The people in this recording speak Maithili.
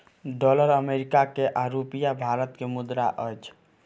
डॉलर अमेरिका के आ रूपया भारत के मुद्रा अछि